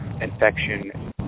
infection